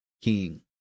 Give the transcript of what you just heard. king